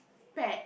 ~pact